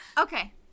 Okay